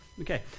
okay